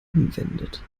anwendet